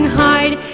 hide